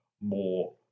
more